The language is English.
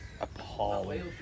appalling